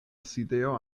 sidejo